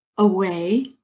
away